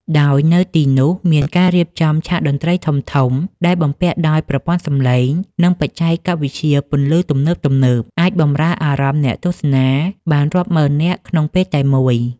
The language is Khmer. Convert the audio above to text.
ដោយនៅទីនោះមានការរៀបចំឆាកតន្ត្រីធំៗដែលបំពាក់ដោយប្រព័ន្ធសំឡេង និងបច្ចេកវិទ្យាពន្លឺទំនើបៗ អាចបម្រើអារម្មណ៍អ្នកទស្សនាបានរាប់ម៉ឺននាក់ក្នុងពេលតែមួយ។